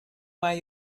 why